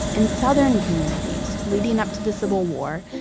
in southern communities leading up to the civil war,